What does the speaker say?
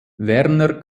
werner